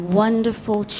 wonderful